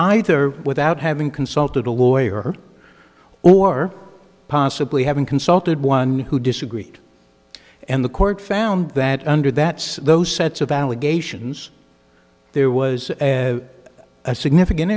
either without having consulted a lawyer or possibly having consulted one who disagreed and the court found that under that those sets of allegations there was a significant